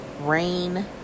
rain